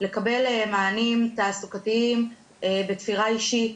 לקבל מענים תעסוקתיים בתפירה אישית